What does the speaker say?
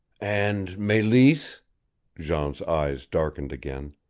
and meleese jean's eyes darkened again,